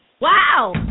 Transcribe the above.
Wow